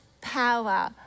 power